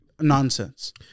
nonsense